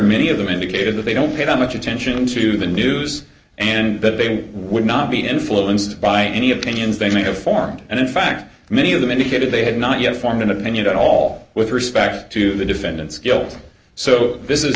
many of them indicated that they don't pay that much attention to the news and that they would not be influenced by any opinions they may have formed and in fact many of them indicated they had not yet formed an opinion at all with respect to the defendant's guilt so this is